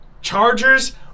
Chargers